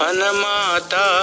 Anamata